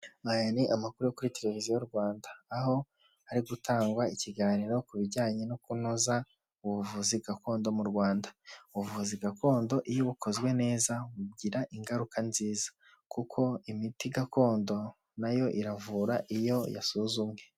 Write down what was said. Aya ni amakuru kuri televiziyo Rwanda, aho hari gutangwa ikiganiro ku bijyanye no kunoza ubuvuzi gakondo mu Rwanda. Ubuvuzi gakondo iyo bukozwe neza bugira ingaruka nziza kuko imiti gakondo na yo iravura iyo yasuzumwe.